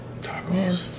Tacos